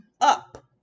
up